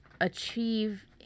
achieve